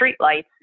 streetlights